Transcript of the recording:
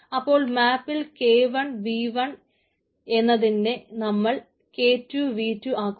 അപ്പോൾ മാപ്പിൽ K1V1 എന്നതിനെ നമ്മൾ K2V2 ആക്കുന്നു